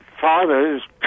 fathers